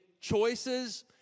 choices